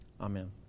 Amen